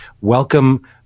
welcome